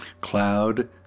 Cloud